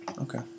Okay